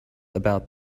about